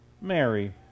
Mary